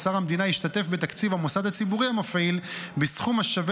אוצר המדינה ישתתף בתקציב המוסד הציבורי המפעיל בסכום השווה